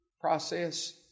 process